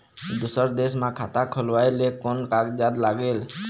दूसर देश मा खाता खोलवाए ले कोन कागजात लागेल?